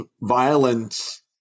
violence